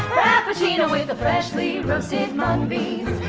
frappuccino with a freshly roasted mung beans.